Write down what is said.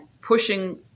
pushing